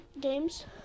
games